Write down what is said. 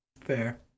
Fair